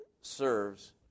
serves